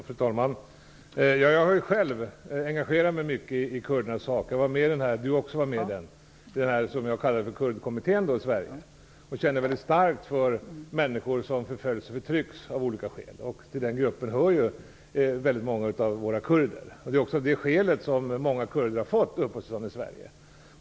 Fru talman! Jag har själv engagerat mig mycket i kurdernas sak. Jag var med, precis som Ragnhild Pohanka, i den s.k. Kurdkommittén i Sverige. Jag känner väldigt starkt för människor som förföljs eller förtrycks av olika skäl. Till dem hör väldigt många av våra kurder. Det är också av det skälet som många kurder har fått uppehållstillstånd i Sverige.